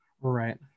right